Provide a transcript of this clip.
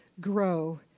grow